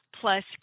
plus